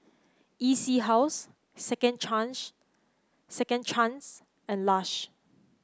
E C House Second Second Chance and Lush